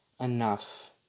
enough